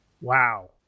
Wow